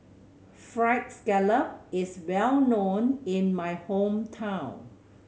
Fried Scallop is well known in my hometown